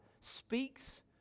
speaks